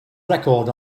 record